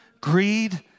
greed